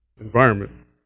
environment